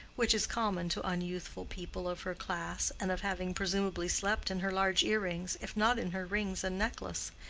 which is common to unyouthful people of her class, and of having presumably slept in her large earrings, if not in her rings and necklace.